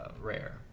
rare